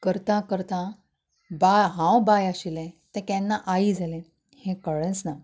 करता करता बाय हांव बाय आशिल्लें तें केन्ना आई जालें हें कळ्ळेंच ना